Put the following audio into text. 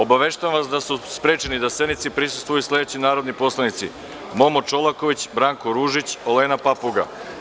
Obaveštavam vas da su sprečeni da sednici prisustvuju sledeći narodni poslanici: Momo Čolaković, Branko Ružić, Olena Papuga.